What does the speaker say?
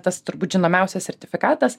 tas turbūt žinomiausias sertifikatas